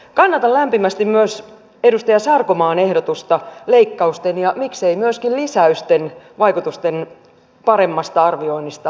kannatan lämpimästi myös edustaja sarkomaan ehdotusta leikkausten ja miksei myöskin lisäysten vaikutusten paremmasta arvioinnista valtiovarainvaliokunnassa